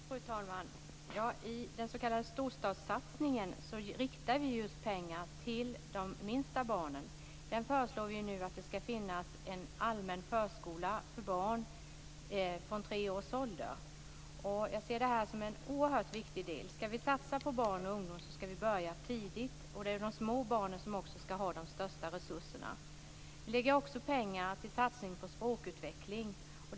Fru talman! I den s.k. storstadssatsningen riktar vi pengar just till de minsta barnen. Vi föreslår också att det skall finnas en allmän förskola för barn från tre års ålder. Jag ser det här som en oerhört viktig del. Skall vi satsa på barn och ungdom skall vi börja tidigt, och det är de små barnen som skall ha de största resurserna. Vi lägger också pengar på en satsning på språkutveckling.